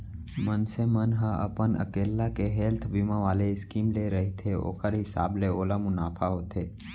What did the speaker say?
मनसे मन ह अपन अकेल्ला के हेल्थ बीमा वाले स्कीम ले रहिथे ओखर हिसाब ले ओला मुनाफा होथे